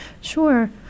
Sure